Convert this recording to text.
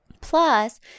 Plus